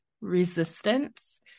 resistance